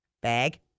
Bag